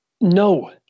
no